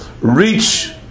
reach